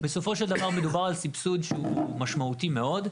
בסופו של דבר, מדובר על סבסוד שהוא משמעותי מאוד,